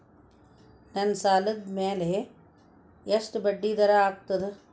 ನನ್ನ ಸಾಲದ್ ಮ್ಯಾಲೆ ಎಷ್ಟ ಬಡ್ಡಿ ಆಗ್ತದ?